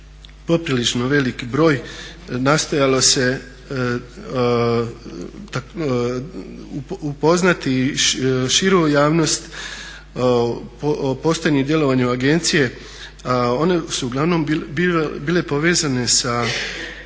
poprilično velik broj nastojalo se upoznati širu javnost o postojanju i djelovanju agencije, ono su uglavnom bile povezane sa